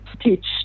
teach